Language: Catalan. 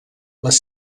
les